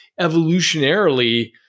evolutionarily